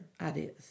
ideas